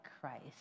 Christ